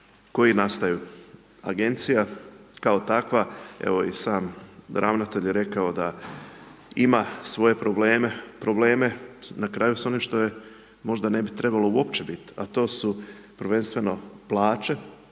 koji nastaju. Agencija kao takva, evo i sam ravnatelj je rekao da ima svoje probleme, probleme na kraju s onim što je, možda ne bi trebalo uopće biti, a to su prvenstveno plaće,